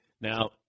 Now